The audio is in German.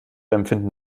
empfinden